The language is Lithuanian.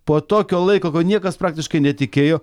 po tokio laiko kai niekas praktiškai netikėjo